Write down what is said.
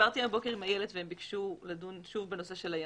דיברתי הבוקר עם איילת והם ביקשו לדון שוב בנושא של הימים.